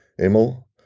Emil